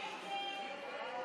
ההצעה להעביר